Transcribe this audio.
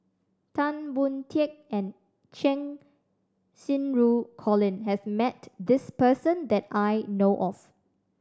Tan Boon Teik and Cheng Xinru Colin has met this person that I know of